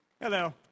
Hello